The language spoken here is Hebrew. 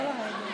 לא לרדת?